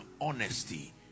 honesty